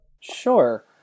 Sure